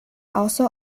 also